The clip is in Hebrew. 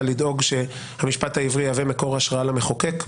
לדאוג שהמשפט העברי יהווה מקור השראה למחוקק,